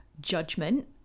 judgment